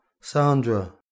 Sandra